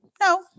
No